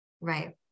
Right